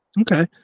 okay